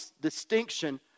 distinction